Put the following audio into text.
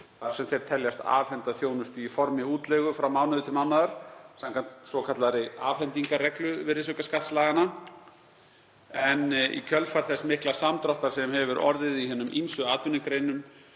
þar sem þeir teljast afhenda þjónustu í formi útleigu frá mánuði til mánaðar samkvæmt svokallaðri afhendingarreglu virðisaukaskattslaga. Í kjölfar þess mikla samdráttar sem hefur orðið í hinum ýmsu atvinnugreinum